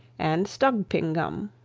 and stogpingum.